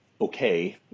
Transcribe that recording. okay